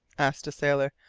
asked a sailor.